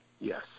Yes